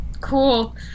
Cool